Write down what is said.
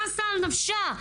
נסה על נפשה,